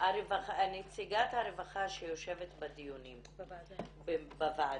נציגת הרווחה שיושבת בוועדה,